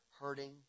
hurting